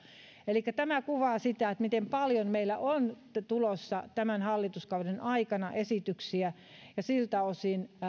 elikkä tämä kuvaa sitä miten paljon meillä on tulossa tämän hallituskauden aikana esityksiä ja siltä osin